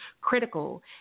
critical